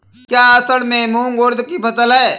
क्या असड़ में मूंग उर्द कि फसल है?